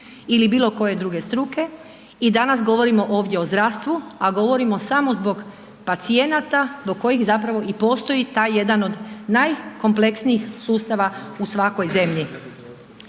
ili bilokoje druge struke i danas govorimo ovdje o zdravstvu a govorimo samo zbog pacijenata zbog kojih zapravo i postoji taj jedan od najkompleksnijih sustava u svakoj zemlji.